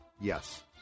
yes